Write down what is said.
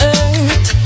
earth